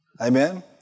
Amen